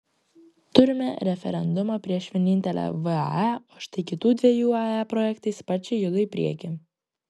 turime referendumą prieš vienintelę vae o štai kitų dviejų ae projektai sparčiai juda į priekį